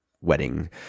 wedding